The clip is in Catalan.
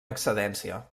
excedència